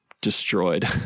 destroyed